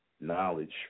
knowledge